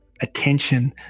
attention